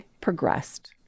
progressed